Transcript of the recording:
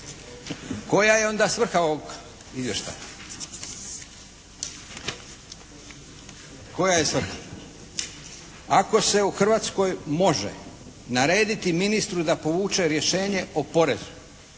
Koja je svrha? Ako se u Hrvatskoj može narediti ministru da povuče rješenje o porezu